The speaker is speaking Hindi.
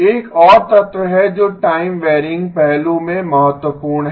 एक और तत्व है जो टाइम वैरयिंग पहलू में महत्वपूर्ण है